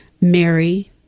Mary